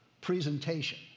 presentation